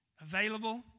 available